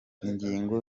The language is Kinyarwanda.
ingingo